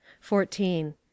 fourteen